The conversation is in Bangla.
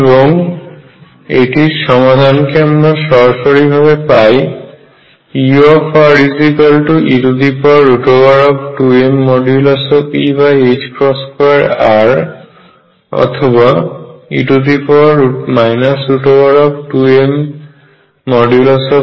এবং এটির সমাধানকে আমরা সরাসরিভাবে পাই ure2mE2r অথবা e 2mE2r